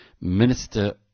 Minister